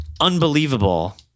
unbelievable